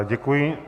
Děkuji.